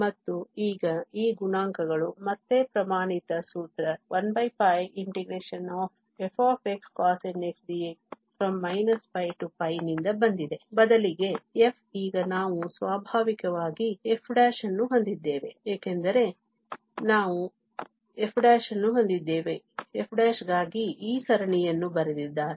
ಮತ್ತು ಈಗ ಈ ಗುಣಾಂಕಗಳು ಮತ್ತೆ ಪ್ರಮಾಣಿತ ಸೂತ್ರ 1 fxcosnxdx ನಿಂದ ಬಂದಿದೆ ಬದಲಿಗೆ f ಈಗ ನಾವು ಸ್ವಾಭಾವಿಕವಾಗಿ f ಅನ್ನು ಹೊಂದಿದ್ದೇವೆ ಏಕೆಂದರೆ ನಾವು ಹೊಂದಿದ್ದೇವೆ f ಗಾಗಿ ಈ ಸರಣಿಯನ್ನು ಬರೆದಿದ್ದಾರೆ